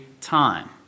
time